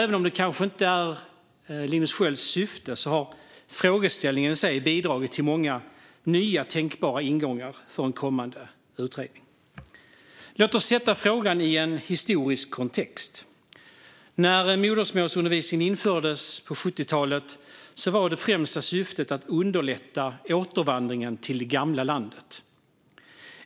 Även om det kanske inte var Linus Skölds syfte har frågeställningen i sig bidragit till många nya tänkbara ingångar för en kommande utredning. Låt oss sätta frågan i en historisk kontext. När modersmålsundervisning infördes på 70-talet var det främsta syftet att underlätta återvandringen till det gamla landet.